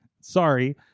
Sorry